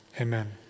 amen